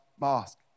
mask